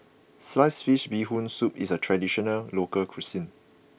Sliced Fish Bee Hoon Soup is a traditional local cuisine